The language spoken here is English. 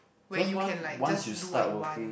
where you can like just do what you want